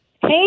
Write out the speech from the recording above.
Hey